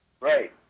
Right